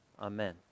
Amen